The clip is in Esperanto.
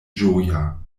ĝoja